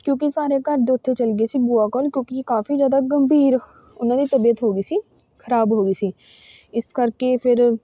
ਕਿਉਂਕਿ ਸਾਰੇ ਘਰਦੇ ਉੱਥੇ ਚਲ ਗਏ ਸੀ ਭੂਆ ਕੋਲ ਕਿਉਂਕਿ ਕਾਫੀ ਜ਼ਿਆਦਾ ਗੰਭੀਰ ਉਹਨਾਂ ਦੀ ਤਬੀਅਤ ਹੋ ਗਈ ਸੀ ਖਰਾਬ ਹੋ ਗਈ ਸੀ ਇਸ ਕਰਕੇ ਫਿਰ